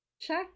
check